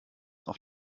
auf